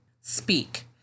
speak